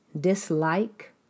dislike